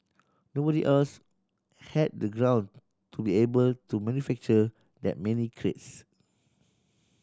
nobody else had the ground to be able to manufacture that many crates